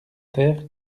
terre